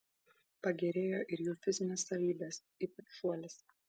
pagerėjo ir jų fizinės savybės ypač šuolis